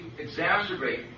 exacerbate